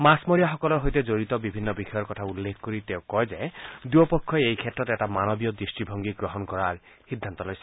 মাছমৰীয়াসকলৰ সৈতে জড়িত বিভিন্ন বিষয়ৰ কথা উল্লেখ কৰি তেওঁ কয় যে দুয়োপক্ষই এইক্ষেত্ৰত এটা মানৱীয় দৃষ্টিভংগী গ্ৰহণ কৰাৰ সিদ্ধান্ত লৈছে